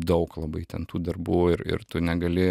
daug labai ten tų darbų ir ir tu negali